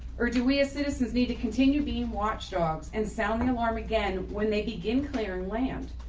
or do we as citizens need to continue being watchdogs and sound the alarm again, when they begin clearing land?